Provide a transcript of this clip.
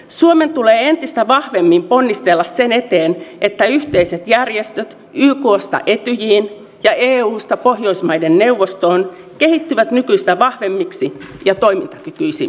suomen tulee entistä vahvemmin ponnistella sen eteen että yhteiset järjestöt yksta etyjiin ja eusta pohjoismaiden neuvostoon kehittyvät nykyistä vahvemmiksi ja toimintakykyisemmiksi